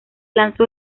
lanzó